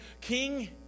king